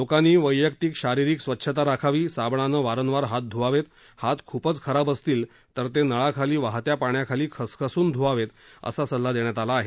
लोकांनी वैयक्तिक शारीरिक स्वच्छता राखावी साबणानं वारंवार हात धुवावेत हात खूपच खराब असतील तर ते नळाखाली वाहत्या पाण्याखाली खसखसून धुवावेत असा सल्ला देण्यात आला आहे